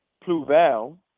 pluvial